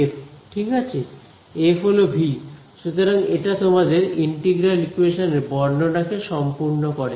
F ঠিক আছে F হল ভি সুতরাং এটা তোমাদের ইন্টিগ্রাল ইকোয়েশন এর বর্ণনা কে সম্পূর্ণ করে